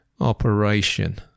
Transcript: operation